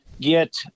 get